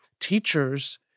teachers